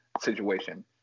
situation